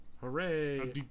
Hooray